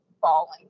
falling